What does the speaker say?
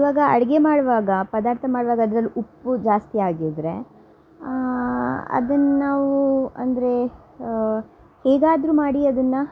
ಇವಾಗ ಅಡುಗೆ ಮಾಡುವಾಗ ಪದಾರ್ಥ ಮಾಡುವಾಗ ಅದ್ರಲ್ಲಿ ಉಪ್ಪು ಜಾಸ್ತಿ ಆಗಿದ್ರೆ ಅದನ್ನು ನಾವು ಅಂದರೆ ಹೇಗಾದರೂ ಮಾಡಿ ಅದನ್ನು